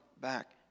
back